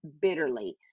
bitterly